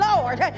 Lord